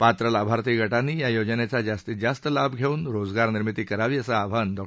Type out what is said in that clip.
पात्र लाभार्थी गटांनी या योजनेचा जास्तीत जास्त लाभ घेऊन रोजगार निर्मिती करावी असं आवाहन डॉ